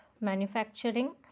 manufacturing